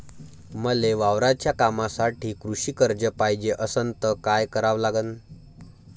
मले वावराच्या कामासाठी कृषी कर्ज पायजे असनं त काय कराव लागन?